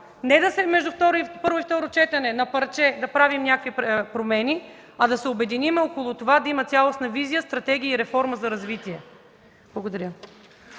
не между първо и второ четене – на парче да правим някакви промени, а да се обединим около това да има цялостна визия, стратегия и реформа за развитие. Благодаря.